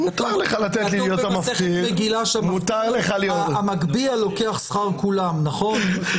כתוב במסכת מגילה שהמגביה לוקח שכר כולם, נכון?